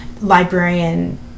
librarian